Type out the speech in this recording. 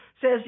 says